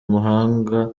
umuhanga